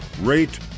rate